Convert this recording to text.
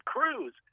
Cruz